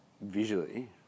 visually